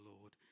Lord